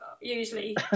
usually